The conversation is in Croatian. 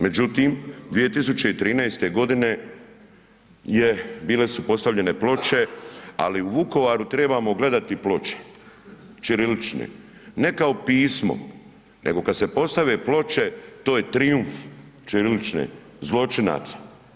Međutim, 2013. godine bile su postavljene ploče, ali u Vukovaru trebamo gledati ploče ćirilične, ne kao pismo nego kad se postave ploče to je trijumf ćirilične, zločinaca.